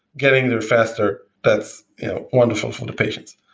getting there faster, that's wonderful for the patients.